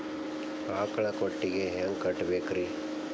ಆಕಳ ಕೊಟ್ಟಿಗಿ ಹ್ಯಾಂಗ್ ಕಟ್ಟಬೇಕ್ರಿ?